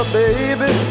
baby